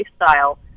lifestyle